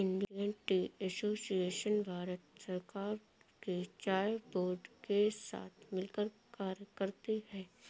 Indian tea association Bharat सरकार के चाय बोर्ड के साथ मिलकर कार्य करती है